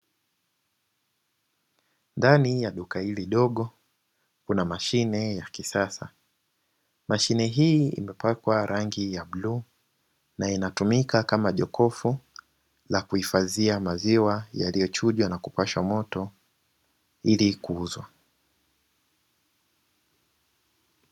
Ndani ya duka hili dogo kuna mashine ya kisasa, mashine hii imepakwa rangi ya bluu na inatumika kama jokofu la kuhifadhia maziwa yaliyochujwa na kupashwa moto ili kuuzwa.